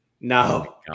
No